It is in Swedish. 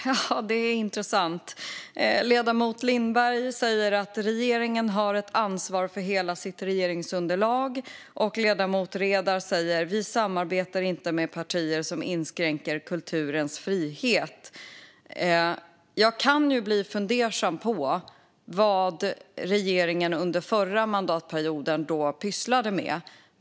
Fru talman! Det är intressant. Ledamoten Lindberg säger att regeringen har ansvar för hela sitt regeringsunderlag, och ledamoten Redar säger att de inte samarbetar med partier som inskränker kulturens frihet. Vad pysslade då regeringen med under förra mandatperioden?